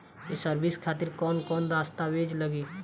ये सर्विस खातिर कौन कौन दस्तावेज लगी?